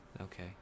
Okay